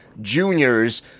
juniors